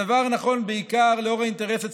הדבר נכון בעיקר לאור האינטרס הציבורי,